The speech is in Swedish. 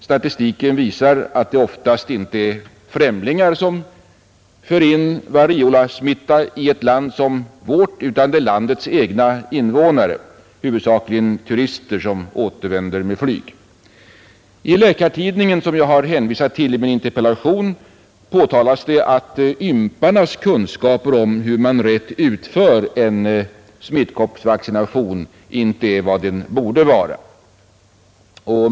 Statistiken visar att det oftast inte är främlingar som för in variolasmitta i ett land som vårt utan det är landets egna invånare, huvudsakligen turister som återvänder med flyget. I Läkartidningen som jag har hänvisat till i min interpellation påtalas det att ymparnas kunskaper om hur en smittkoppsvaccination rätt skall uföras inte är vad de borde vara.